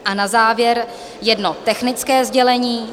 A na závěr jedno technické sdělení.